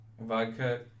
Vodka